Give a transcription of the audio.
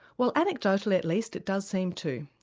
well anecdotally at least it does seem to.